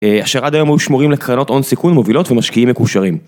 אשר עד היום היו שמורים לקרנות הון סיכון מובילות ומשקיעים מקושרים.